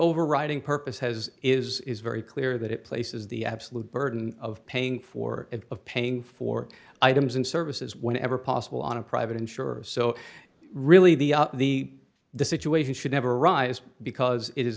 overriding purpose has is very clear that it places the absolute burden of paying for it of paying for items and services whenever possible on a private insurer so really the the the situation should never arise because it is